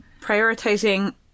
prioritizing –